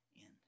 end